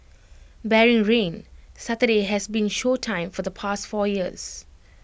barring rain Saturday has been show time for the past four years